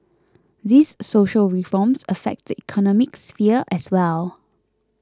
these social reforms affect the economic sphere as well